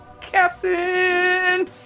Captain